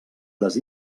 les